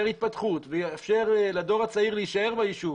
התפתחות ויאפשר לדור הצעיר להישאר ביישוב